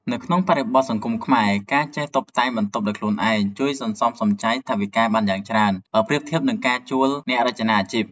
នៅក្នុងបរិបទសង្គមខ្មែរ ការចេះតុបតែងបន្ទប់ដោយខ្លួនឯងជួយសន្សំសំចៃថវិកាបានយ៉ាងច្រើន បើប្រៀបធៀបនឹងការជួលអ្នករចនាអាជីព។